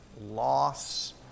loss